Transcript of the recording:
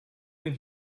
denn